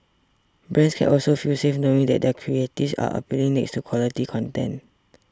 brands can also feel safe knowing that their creatives are appearing next to quality content